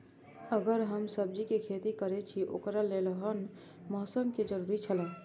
अगर हम सब्जीके खेती करे छि ओकरा लेल के हन मौसम के जरुरी छला?